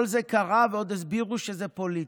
כל זה קרה, ועוד הסבירו שזה פוליטי.